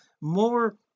more